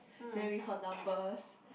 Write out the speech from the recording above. then with her numbers